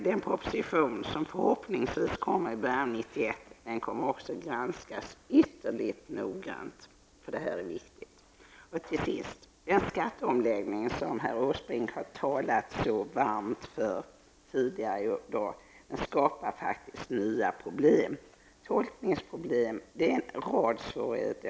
Den proposition som förhoppningsvis kommer i början av 1991 kommer att granskas ytterligt noga, för det här är viktigt. Tills sist: Den skatteomläggning som herr Åsbrink har talat så varmt för tidigare i dag skapar faktiskt nya problem, tolkningsproblem och en rad svårigheter.